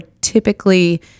typically